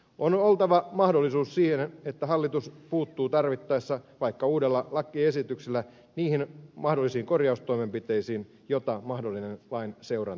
on oltava mahdollisuus siihen että hallitus puuttuu tarvittaessa vaikka uudella lakiesityksellä niihin mahdollisiin korjaustoimenpiteisiin joita mahdollinen lain seuranta edellyttää